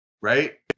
right